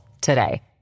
today